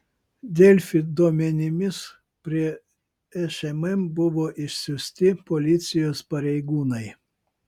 delfi duomenimis prie šmm buvo išsiųsti policijos pareigūnai